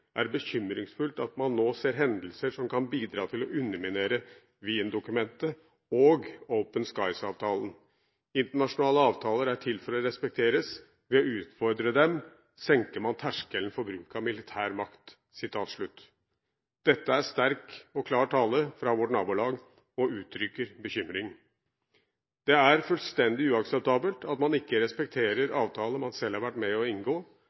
er det bekymringsfullt at man nå ser hendelser som kan bidra til å underminere Wien-dokumentet og Open Skies-avtalen. Internasjonale avtaler er til for å respekteres. Ved å utfordre dem senker man terskelen for bruk av militær makt. Dette er sterk og klar tale fra vårt naboland og uttrykker bekymring. Det er fullstendig uakseptabelt at man ikke respekterer avtaler man selv har vært med på å inngå,